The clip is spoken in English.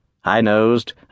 high-nosed